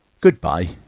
Goodbye